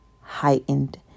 heightened